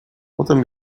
potem